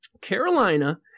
Carolina